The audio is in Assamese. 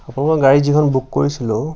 আপোনালোকৰ গাড়ী যিখন বুক কৰিছিলোঁ